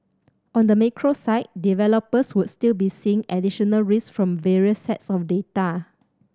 on the macro side developers would still be seeing additional risk from various sets of data